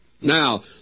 Now